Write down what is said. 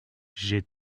j’ai